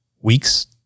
weeks